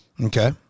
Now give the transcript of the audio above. Okay